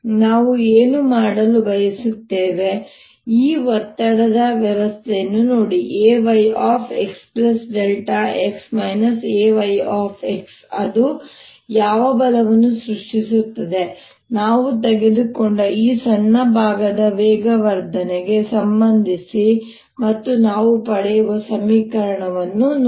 ನಾವು ಏನು ಮಾಡಲು ಬಯಸುತ್ತೇವೆ ಈ ಒತ್ತಡದ ವ್ಯತ್ಯಾಸವನ್ನು ನೋಡಿ Ayxx Ayx ಅದು ಯಾವ ಬಲವನ್ನು ಸೃಷ್ಟಿಸುತ್ತದೆ ನಾವು ತೆಗೆದುಕೊಂಡ ಈ ಸಣ್ಣ ಭಾಗದ ವೇಗವರ್ಧನೆಗೆ ಸಂಬಂಧಿಸಿ ಮತ್ತು ನಾವು ಪಡೆಯುವ ಸಮೀಕರಣವನ್ನು ನೋಡಿ